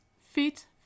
feet